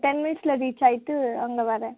ten மினிட்ஸில் reach ஆயிட்டு அங்கே வரேன்